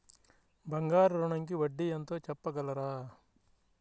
బంగారు ఋణంకి వడ్డీ ఎంతో చెప్పగలరా?